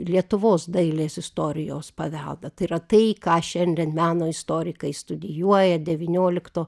lietuvos dailės istorijos paveldą tai yra tai ką šiandien meno istorikai studijuoja devyniolikto